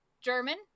german